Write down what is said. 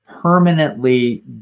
permanently